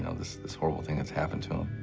and this, this horrible thing that's happened to him.